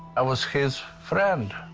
i was his friend,